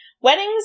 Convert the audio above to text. weddings